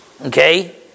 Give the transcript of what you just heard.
okay